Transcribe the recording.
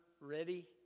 ready